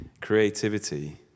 creativity